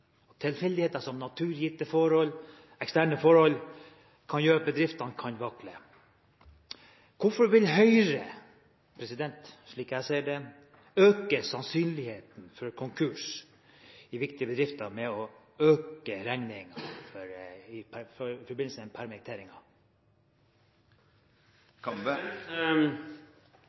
Tilfeldigheter som naturgitte forhold eller eksterne forhold kan gjøre at bedriftene kan vakle. Hvorfor vil Høyre – slik jeg ser det – øke sannsynligheten for konkurser i viktige bedrifter ved å øke bedriftenes regninger i